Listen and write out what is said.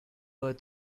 were